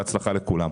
בהצלחה לכולם.